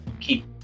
keep